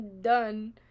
done